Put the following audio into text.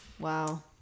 Wow